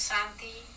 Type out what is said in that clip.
Santi